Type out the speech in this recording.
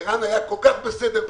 ערן היה כל כך בסדר בעניין.